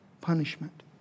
punishment